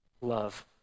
love